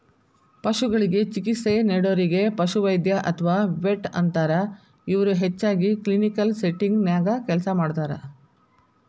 ಪಶುಗಳಿಗೆ ಚಿಕಿತ್ಸೆ ನೇಡೋರಿಗೆ ಪಶುವೈದ್ಯ ಅತ್ವಾ ವೆಟ್ ಅಂತಾರ, ಇವರು ಹೆಚ್ಚಾಗಿ ಕ್ಲಿನಿಕಲ್ ಸೆಟ್ಟಿಂಗ್ ನ್ಯಾಗ ಕೆಲಸ ಮಾಡ್ತಾರ